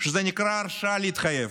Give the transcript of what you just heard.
שנקרא "הרשאה להתחייב".